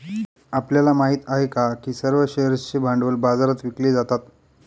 आपल्याला माहित आहे का की सर्व शेअर्सचे भांडवल बाजारात विकले जातात?